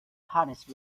honest